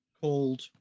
called